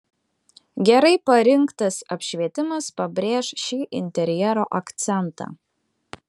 gerai parinktas apšvietimas pabrėš šį interjero akcentą